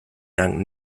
dank